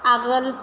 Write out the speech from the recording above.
आगोल